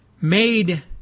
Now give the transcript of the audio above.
made